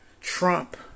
Trump